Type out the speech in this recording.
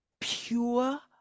pure